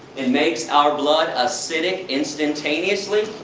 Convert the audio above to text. it makes our blood acidic, instantaneously?